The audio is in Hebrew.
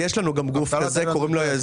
יש לנו גוף כזה.